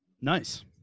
Nice